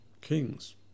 kings